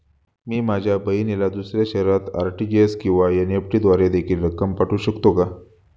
मी माझ्या बहिणीला दुसऱ्या शहरात आर.टी.जी.एस किंवा एन.इ.एफ.टी द्वारे देखील रक्कम पाठवू शकतो का?